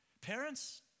Parents